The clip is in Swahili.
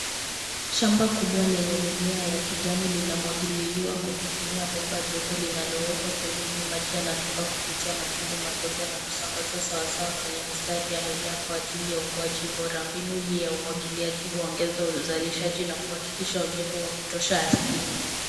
Shamba kubwa lenye mimea ya kijani linamwagililiwa kwa kutumia bomba jeupe linalowekwa pembeni. Maji yanatoka kupitia matundu madogo na kusambazwa sawasawa kwenye mistari ya mimea kwa ajili ya ukuaji bora. Mbinu hii ya umwagiliaji huongeza uzalishaji na kuhakikisha unyevu wa kutosha ardhini.